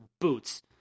boots